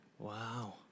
Wow